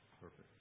Perfect